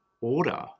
order